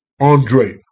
Andre